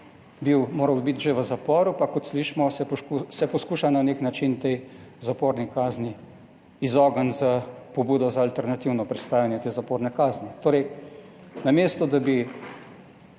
bil, moral biti že v zaporu pa, kot slišimo, se poskuša na nek način tej zaporni kazni izogniti s pobudo za alternativno prestajanje te zaporne kazni. Torej namesto, da bi